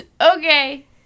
Okay